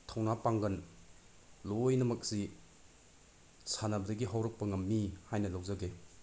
ꯊꯧꯅꯥ ꯄꯥꯡꯒꯜ ꯂꯣꯏꯅꯃꯛꯁꯤ ꯁꯥꯟꯅꯕꯗꯒꯤ ꯍꯧꯔꯛꯄ ꯉꯝꯃꯤ ꯍꯥꯏꯅ ꯂꯧꯖꯒꯦ